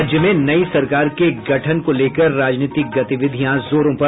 राज्य में नई सरकार के गठन को लेकर राजनीतिक गतिविधियां जोरों पर